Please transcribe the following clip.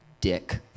Dick